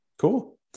Cool